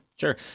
Sure